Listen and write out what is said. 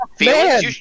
Man